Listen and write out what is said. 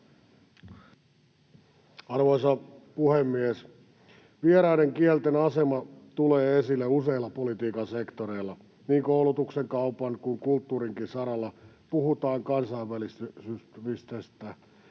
Arvoisa puhemies! Vieraiden kielten asema tulee esille useilla politiikan sektoreilla. Niin koulutuksen, kaupan kuin kulttuurinkin saralla puhutaan kansainvälistymisestä,